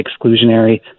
exclusionary